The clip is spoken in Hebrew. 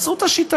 מצאו את השיטה,